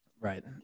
Right